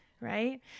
right